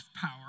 power